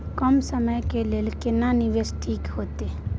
कम समय के लेल केना निवेश ठीक होते?